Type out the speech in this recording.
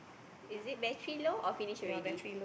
is it battery low or finish already